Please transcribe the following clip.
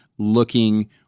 Looking